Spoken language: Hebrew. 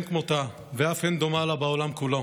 כמותה ואף אין דומה לה בעולם כולו.